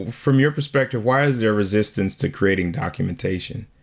from your perspective, why is there resistance to creating documentation?